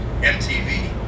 MTV